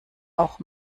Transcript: auch